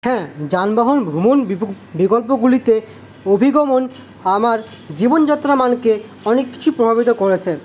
হ্যাঁ যানবাহন ভ্রমণ বিকল্পগুলিতে অভিগমন আমার জীবনযাত্রার মানকে অনেককিছু প্রভাবিত করেছে